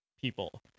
people